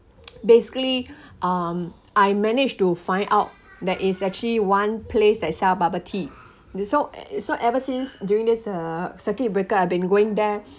basically um I managed to find out there is actually one place that sell bubble tea thi~ so so ever since during this uh circuit breaker I've been going there